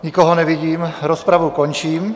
Nikoho nevidím, rozpravu končím.